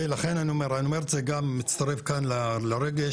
לכן, אני אומר, אני מצטרף כאן לרגש